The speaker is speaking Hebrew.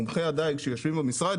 מומחי הדיג שיושבים במשרד,